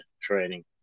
training